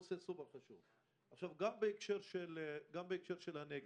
גם בהקשר הנגב,